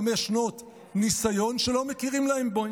חמש שנות ניסיון שלא מכירים להם בו.